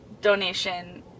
donation